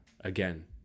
again